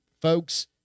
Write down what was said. folks